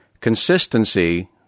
Consistency